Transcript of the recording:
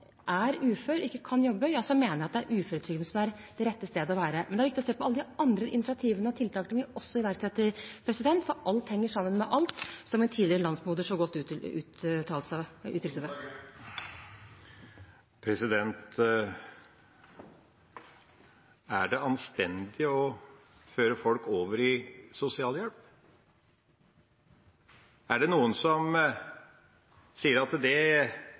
er ufør og ikke kan jobbe, mener jeg det er uføretrygd som er det rette. Men det er viktig å se på alle de andre initiativene og tiltakene vi også iverksetter, for alt henger sammen med alt, som en tidligere landsmoder så godt uttrykte det. Er det anstendig å føre folk over i sosialhjelp? Er det noen som sier at det